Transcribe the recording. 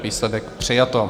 Výsledek: přijato.